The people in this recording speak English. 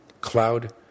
cloud